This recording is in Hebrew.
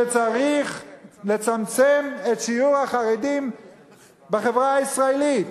שצריך לצמצם את שיעור החרדים בחברה הישראלית.